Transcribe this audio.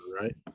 right